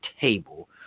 table